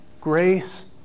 grace